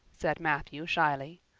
said matthew shyly.